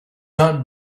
not